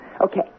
Okay